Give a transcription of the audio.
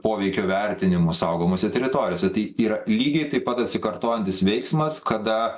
poveikio vertinimu saugomose teritorijose tai yra lygiai taip pat atsikartojantis veiksmas kada